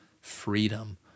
freedom